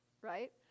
right